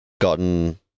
gotten